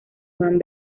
juan